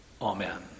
amen